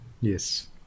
Yes